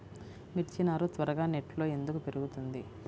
మిర్చి నారు త్వరగా నెట్లో ఎందుకు పెరుగుతుంది?